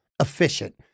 efficient